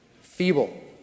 Feeble